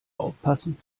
aufpassen